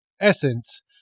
essence